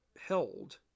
held